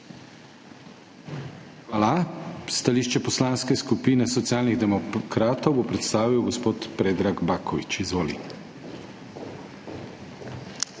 Hvala. Stališče Poslanske skupine Socialnih demokratov bo predstavil gospod Predrag Baković. Izvoli.